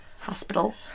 Hospital